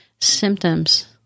symptoms